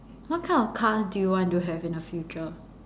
what kind of car do you want to have in the future